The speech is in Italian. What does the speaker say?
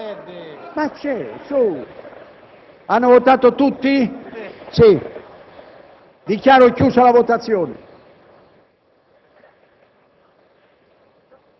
parere favorevole